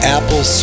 Apple